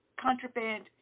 contraband